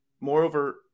Moreover